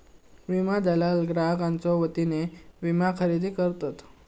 विमा दलाल ग्राहकांच्यो वतीने विमा खरेदी करतत